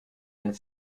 and